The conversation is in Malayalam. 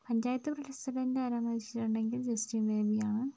പഞ്ചായത്ത് പ്രസിഡന്ഡ് ആരാന്നുവെച്ചിട്ടുണ്ടെങ്കിൽ ജസ്റ്റിന് ബേബിയാണ്